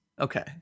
Okay